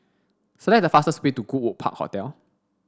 select the fastest way to Goodwood Park Hotel